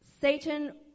Satan